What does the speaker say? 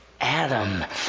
Adam